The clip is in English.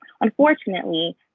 Unfortunately